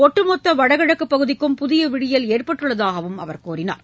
ஒட்டுமொத்த வடகிழக்குப் பகுதிக்கும் புதிய விடியல் ஏற்பட்டுள்ளதாகவும் அவர் கூறினார்